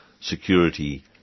security